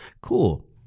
Cool